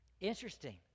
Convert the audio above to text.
interesting